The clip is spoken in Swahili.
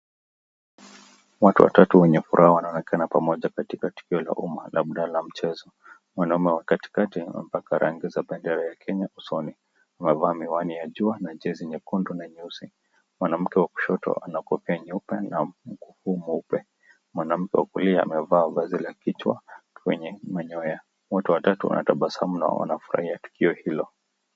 Watu watatu wenye furaha wanaonekana pamoja katika tukio la uma labda ya mchezo. Mwanaume wa katikati amepaka rangi za bendera ya Kenya usoni, amevaa miwani ya jua na jezi nyekundu na nyeusi. Mwanamke wa kushoto anakofia nyeupe na mkufu mweupe. Mwanamke wa kulia amevaa vazi la kichwa lenye manyoya . Wote watatu wanatabasamu na wanafurahia tukio hilo.